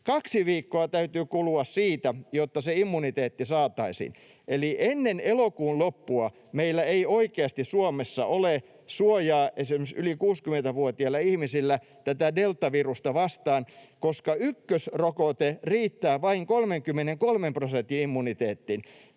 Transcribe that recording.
Kaksi viikkoa täytyy kulua siitä, jotta se immuniteetti saataisiin, eli ennen elokuun loppua meillä ei oikeasti Suomessa ole suojaa esimerkiksi yli 60-vuotiailla ihmisillä tätä deltavirusta vastaan, koska ykkösrokote riittää vain 33 prosentin immuniteettiin.